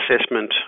assessment